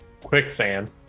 quicksand